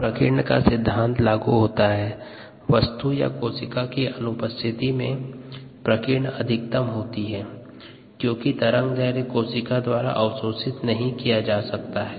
यहाँ प्रकीर्ण का सिद्धांत लागू होता है वस्तु या कोशिका की अनुपस्थिति में प्रकीर्णन अधिकतम होता होती हैं क्योंकि तरंग दैर्ध्य कोशिका द्वारा को अवशोषित नहीं किया जाता है